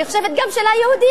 אני חושבת גם של היהודים,